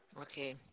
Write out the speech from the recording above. Okay